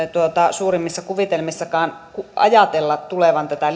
suurimmissa kuvitelmissakaan ajatella tulevan tätä